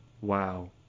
Wow